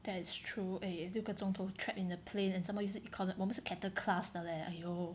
that is true eh 六个钟头 trapped in a plane and some more 又是 econo~ 我们是 cattle class 的 leh !aiyo!